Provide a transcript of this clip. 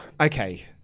okay